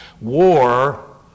War